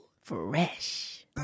Fresh